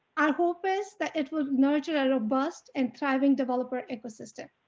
our hope is that it will nurture a robust and thriving developer ecosystem.